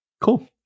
Cool